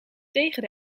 tegen